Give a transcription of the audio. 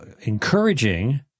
encouraging